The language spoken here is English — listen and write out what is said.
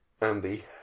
Andy